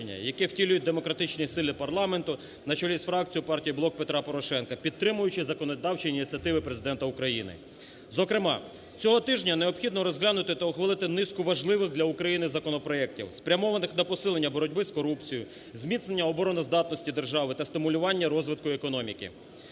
яке втілюють демократичні сили парламенту на чолі з фракцією партії "Блок Петра Порошенка", підтримуючи законодавчі ініціативи Президента України. Зокрема, цього тижня необхідно розглянути та ухвалити низку важливих для України законопроектів, спрямованих на посилення боротьби з корупцією, зміцнення обороноздатності держави та стимулювання розвитку економіки.